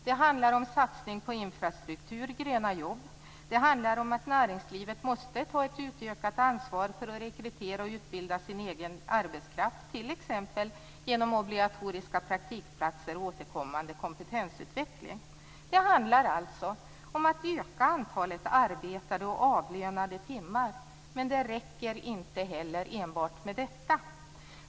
Det handlar om satsning på infrastruktur, gröna jobb. Det handlar om att näringslivet måste ta ett utökat ansvar för att rekrytera och utbilda sin egen arbetskraft, t.ex. med hjälp av obligatoriska praktikplatser och återkommande kompetensutveckling. Det handlar om att öka antalet arbetade och avlönade timmar. Men det räcker inte enbart med detta.